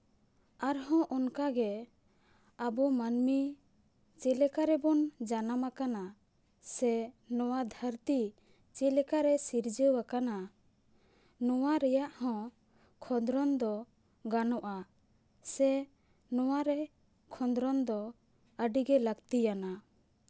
ᱟᱨᱦᱚᱸ ᱚᱱᱠᱟᱜᱮ ᱟᱵᱚ ᱢᱟᱹᱱᱢᱤ ᱪᱮᱫ ᱞᱮᱠᱟ ᱨᱮᱵᱚᱱ ᱡᱟᱱᱟᱢ ᱟᱠᱟᱱᱟ ᱥᱮ ᱱᱚᱣᱟ ᱫᱷᱟᱹᱨᱛᱤ ᱪᱮᱫ ᱞᱮᱠᱟᱨᱮ ᱥᱤᱨᱡᱟᱹᱣ ᱟᱠᱟᱱᱟ ᱱᱚᱣᱟ ᱨᱮᱭᱟᱜ ᱦᱚᱸ ᱠᱷᱚᱸᱫᱽᱨᱚᱱ ᱫᱚ ᱵᱟᱹᱱᱩᱜᱼᱟ ᱥᱮ ᱱᱚᱣᱟᱨᱮ ᱠᱷᱚᱸᱫᱽᱨᱚᱱ ᱫᱚ ᱟᱹᱰᱤᱜᱮ ᱞᱟᱹᱠᱛᱤᱭᱟᱱᱟ